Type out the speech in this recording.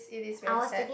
it is very sad